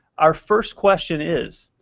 our first question is,